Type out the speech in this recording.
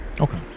Okay